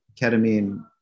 ketamine